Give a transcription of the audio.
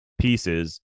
pieces